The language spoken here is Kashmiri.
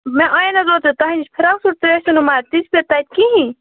مےٚ انیے نہ حظ اوٚترٕ توہہِ نِش فراک سوٗٹ تُہۍ ٲسوٕ نہٕ مگر تٔژ پھرۍ تَتہِ کِہیٖنۍ